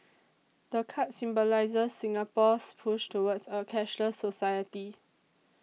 the card symbolises Singapore's push towards a cashless society